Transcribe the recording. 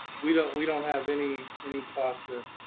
we don't we don't have any any costs there.